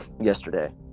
yesterday